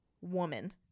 woman